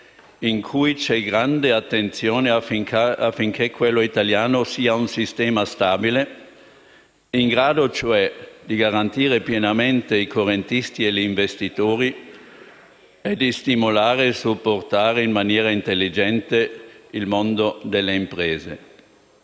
in cui c'è grande attenzione affinché quello italiano sia un sistema stabile, in grado, cioè, di garantire pienamente i correntisti e gli investitori e di stimolare e supportare in maniera intelligente il mondo delle imprese.